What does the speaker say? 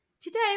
Today